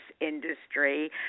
industry